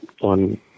on